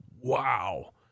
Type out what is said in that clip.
wow